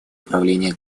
управления